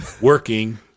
working